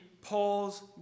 Paul's